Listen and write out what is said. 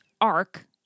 arc